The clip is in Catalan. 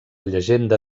llegenda